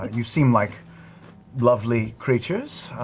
you seem like lovely creatures.